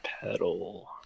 pedal